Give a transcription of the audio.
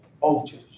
altars